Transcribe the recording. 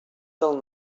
del